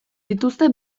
dituzte